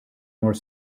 more